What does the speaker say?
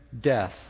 death